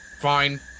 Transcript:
fine